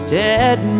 dead